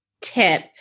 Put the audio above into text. tip